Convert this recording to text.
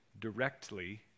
directly